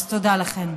אז תודה לכן.